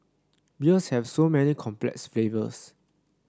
beers have so many complex flavours